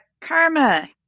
Karma